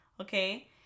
okay